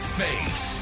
face